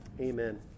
amen